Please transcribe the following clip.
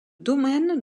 domaine